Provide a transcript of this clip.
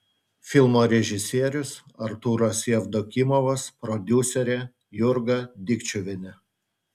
filmo režisierius artūras jevdokimovas prodiuserė jurga dikčiuvienė